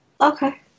Okay